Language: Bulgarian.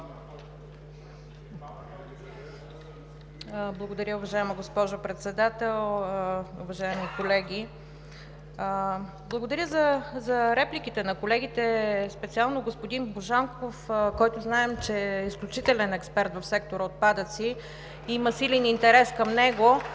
Благодаря, уважаема госпожо Председател. Уважаеми колеги! Благодаря за репликите на колегите, специално на господин Божанков, който знаем, че е изключителен експерт в сектор „Отпадъци“ и има силен интерес към него.